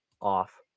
off